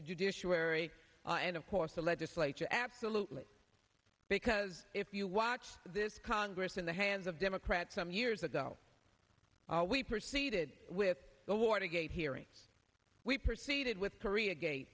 judiciary and of course the legislature absolutely because if you watched this congress in the hands of democrats some years ago we proceeded with the watergate hearings we proceeded with korea gate